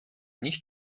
nicht